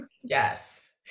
yes